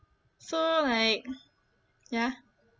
so like ya